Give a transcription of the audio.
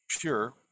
pure